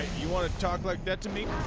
you want talk like that to make